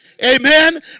Amen